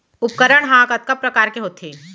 उपकरण हा कतका प्रकार के होथे?